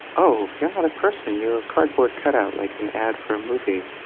oh, you're not a person. you're a cardboard cutout like an ad for a movie.